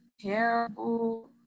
terrible